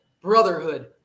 brotherhood